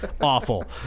awful